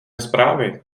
zprávy